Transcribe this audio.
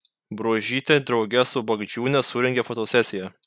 bruožytė drauge su bagdžiūne surengė fotosesiją